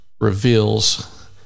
reveals